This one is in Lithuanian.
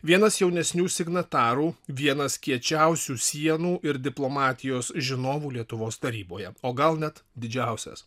vienas jaunesnių signatarų vienas kiečiausių sienų ir diplomatijos žinovų lietuvos taryboje o gal net didžiausias